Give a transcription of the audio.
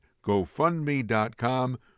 GoFundMe.com